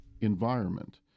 environment